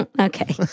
Okay